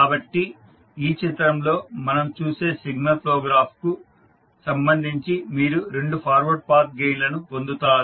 కాబట్టి ఈ చిత్రంలో మనం చూసే సిగ్నల్ ఫ్లో గ్రాఫ్కు సంబంధించి మీరు రెండు ఫార్వర్డ్ పాత్ గెయిన్ లను పొందుతారు